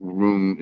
room